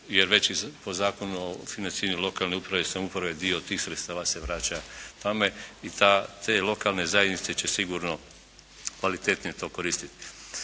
jer već i po Zakonu o financiranju lokalne uprave i samouprave dio tih sredstava se vraća tome i te lokalne zajednice će sigurno kvalitetnije to koristiti.